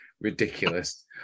ridiculous